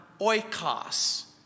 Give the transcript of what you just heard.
oikos